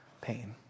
pain